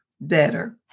better